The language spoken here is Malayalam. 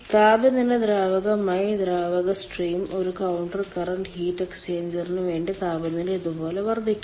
താപനില ദ്രാവകമായ ദ്രാവക സ്ട്രീം ഒരു കൌണ്ടർ കറന്റ് ഹീറ്റ് എക്സ്ചേഞ്ചറിന് വേണ്ടി താപനില ഇതുപോലെ വർദ്ധിക്കും